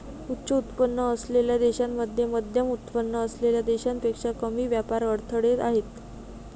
उच्च उत्पन्न असलेल्या देशांमध्ये मध्यमउत्पन्न असलेल्या देशांपेक्षा कमी व्यापार अडथळे आहेत